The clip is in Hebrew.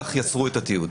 יצרו את התיעוד.